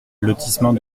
lotissement